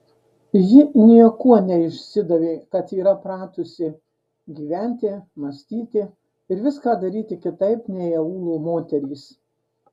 ji niekuo neišsidavė kad yra pratusi gyventi mąstyti ir viską daryti kitaip nei aūlo moterys